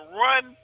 run